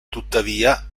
tuttavia